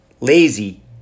Lazy